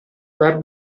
dar